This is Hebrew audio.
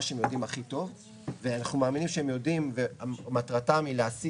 שהם יודעים הכי טוב ואנחנו מאמינים שהם יודעים ומטרתם היא להשיא